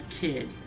kid